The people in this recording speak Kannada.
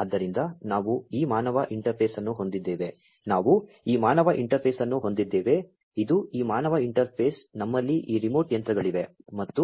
ಆದ್ದರಿಂದ ನಾವು ಈ ಮಾನವ ಇಂಟರ್ಫೇಸ್ ಅನ್ನು ಹೊಂದಿದ್ದೇವೆ ನಾವು ಈ ಮಾನವ ಇಂಟರ್ಫೇಸ್ ಅನ್ನು ಹೊಂದಿದ್ದೇವೆ ಇದು ಈ ಮಾನವ ಇಂಟರ್ಫೇಸ್ ನಮ್ಮಲ್ಲಿ ಈ ರಿಮೋಟ್ ಯಂತ್ರಗಳಿವೆ ಮತ್ತು